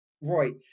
Right